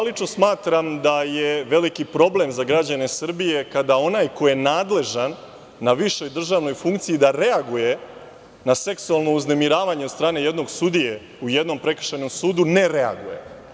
Lično smatram da je veliki problem za građane Srbije kada onaj ko je nadležan na višoj državnoj funkciji da reaguje na seksualno uznemiravanje od strane jednog sudije u jednom prekršajnom sudu – ne reaguje.